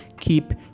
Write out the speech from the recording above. Keep